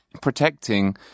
protecting